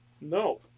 No